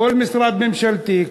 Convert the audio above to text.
כל משרד ממשלתי,